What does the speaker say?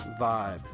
vibe